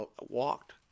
walked